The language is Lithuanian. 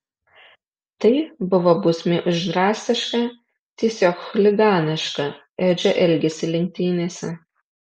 tai buvo bausmė už drastišką tiesiog chuliganišką edžio elgesį lenktynėse